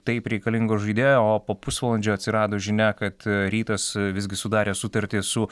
taip reikalingo žaidėjo o po pusvalandžio atsirado žinia kad rytas visgi sudarė sutartį su